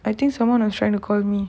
I think someone is trying to call me